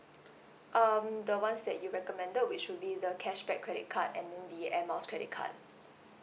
um the ones that you recommended which will be the cashback credit card and the air miles credit card